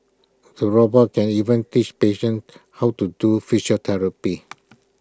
the robot can even teach patients how to do